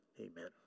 Amen